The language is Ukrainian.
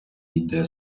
іде